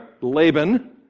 Laban